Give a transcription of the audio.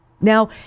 Now